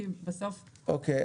כי בסוף --- אוקיי.